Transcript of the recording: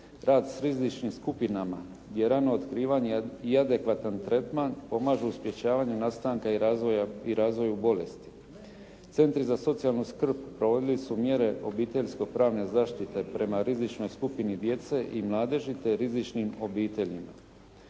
rad s rizičnim skupinama je rano otkrivanje i adekvatan tretman, pomažu u sprječavanju nastanka i razvoju bolesti. Centri za socijalnu skrb provodili su mjere obiteljsko-pravne zaštite prema rizičnoj skupini djece i mladeži te rizičnim obiteljima.